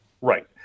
right